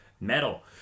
Metal